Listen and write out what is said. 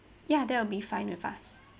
ya that will be fine with us